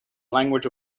language